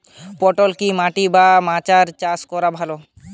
পটল কি মাটি বা মাচায় চাষ করা ভালো?